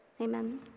amen